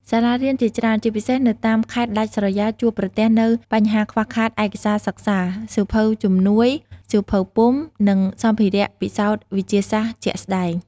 សាលារៀនជាច្រើន ជាពិសេសនៅតាមខេត្តដាច់ស្រយាល ជួបប្រទះនូវបញ្ហាខ្វះខាតឯកសារសិក្សា សៀវភៅជំនួយ សៀវភៅពុម្ព និងសម្ភារៈពិសោធន៍វិទ្យាសាស្ត្រជាក់ស្តែង។